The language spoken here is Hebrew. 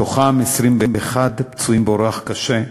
מהם 21 פצועים באורח קשה,